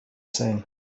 sein